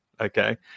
Okay